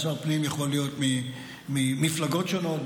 שר פנים יכול להיות ממפלגות שונות,